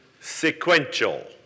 sequential